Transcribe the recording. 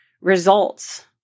results